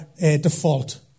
default